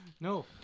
no